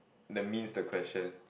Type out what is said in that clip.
the means the question